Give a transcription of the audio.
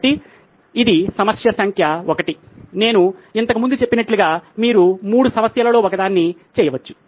కాబట్టి ఇది సమస్య సంఖ్య 1 నేను ఇంతకు ముందు చెప్పినట్లుగా మీరు 3 సమస్యలలో ఒకదాన్ని చేయవచ్చు